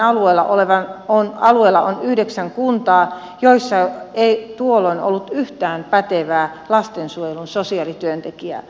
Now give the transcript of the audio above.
yksin itä suomen alueella on yhdeksän kuntaa joissa ei tuolloin ollut yhtään pätevää lastensuojelun sosiaalityöntekijää